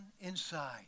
inside